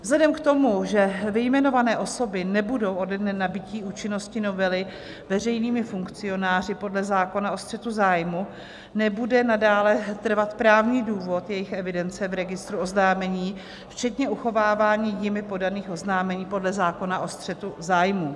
Vzhledem k tomu, že vyjmenované osoby nebudou ode dne nabytí účinnosti novely veřejnými funkcionáři podle zákona o střetu zájmů, nebude nadále trvat právní důvod jejich evidence v registru oznámení, včetně uchovávání jimi podaných oznámení podle zákona o střetu zájmů.